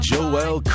Joel